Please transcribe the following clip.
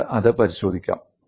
നമുക്ക് അത് പരിശോധിക്കാം